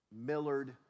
Millard